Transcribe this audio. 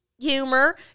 humor